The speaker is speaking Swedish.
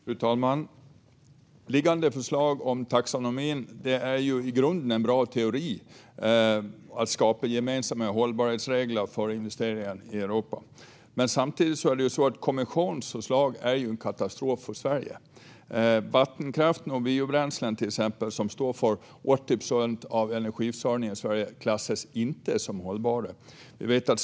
Fru talman! Min fråga gäller det liggande förslaget om taxonomi. Det är i grunden en bra teori att skapa gemensamma hållbarhetsregler för investeringar i Europa, men samtidigt är det så att kommissionens förslag är en katastrof för Sverige. Till exempel vattenkraften och biobränslena, som står för 80 procent av energiförsörjningen i Sverige, klassas inte som hållbara.